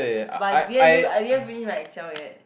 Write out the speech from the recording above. but I didn't do I didn't finish my excel yet